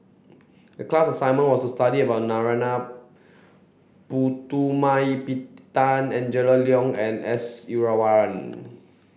the class assignment was to study about Narana Putumaippittan Angela Liong and S